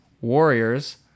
Warriors